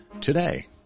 today